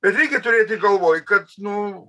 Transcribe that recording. reikia turėti galvoj kad nu